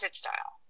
style